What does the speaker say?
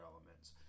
elements